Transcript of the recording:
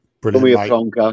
Brilliant